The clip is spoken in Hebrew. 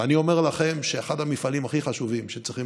ואני אומר לכם שאחד המפעלים הכי חשובים שצריכים